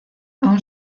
aún